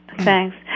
Thanks